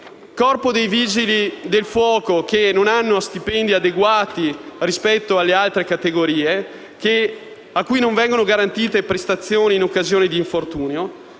disagio, vigili del fuoco che non hanno stipendi adeguati rispetto alle altre categorie e ai quali non vengono garantite prestazioni in caso di infortunio.